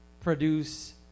produce